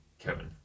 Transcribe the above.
Kevin